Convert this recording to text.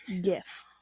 Gif